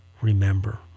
remember